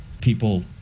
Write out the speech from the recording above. People